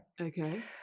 Okay